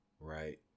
right